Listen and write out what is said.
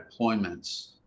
deployments